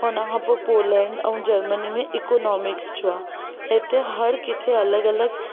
हुनखां पोलेंड ऐं जर्मनी में इकोनॉमिक्स जो आहे हिथे हर किथे अलॻि अलॻि